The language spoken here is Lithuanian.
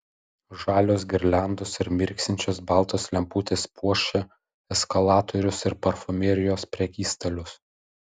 žalios girliandos ir mirksinčios baltos lemputės puošia eskalatorius ir parfumerijos prekystalius